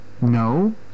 No